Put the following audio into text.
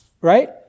right